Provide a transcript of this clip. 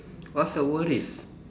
what's the worries